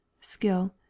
Skill